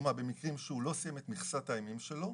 לדוגמה במקרים שהוא לא סיים את מכסת הימים שלו,